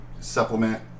supplement